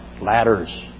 Ladders